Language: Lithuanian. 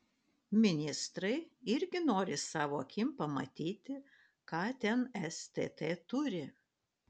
ministrai irgi nori savo akim pamatyti ką ten stt turi